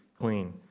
clean